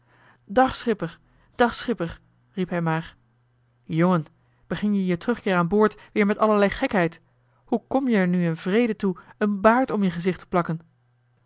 dag schipper dag schipper riep hij maar jongen begin je je terugkeer aan boord weer met allerlei gekheid hoe kom-je er nu in vrede toe een baard om je gezicht te plakken